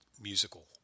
musical